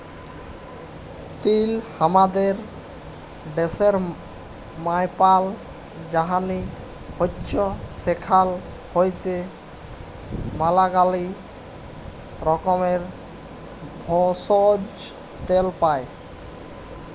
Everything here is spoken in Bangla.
তিল হামাদের ড্যাশের মায়পাল যায়নি হৈচ্যে সেখাল হইতে ম্যালাগীলা রকমের ভেষজ, তেল পাই